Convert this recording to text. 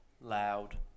loud